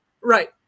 right